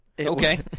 okay